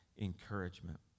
encouragement